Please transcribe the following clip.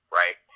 right